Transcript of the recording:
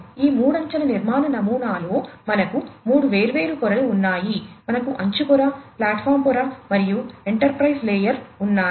ఈ మూడంచెల నిర్మాణ నమూనాలో మనకు మూడు వేర్వేరు పొరలు ఉన్నాయి మనకు అంచు పొర ప్లాట్ఫాం పొర మరియు ఎంటర్ప్రైజ్ లేయర్ ఉన్నాయి